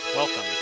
Welcome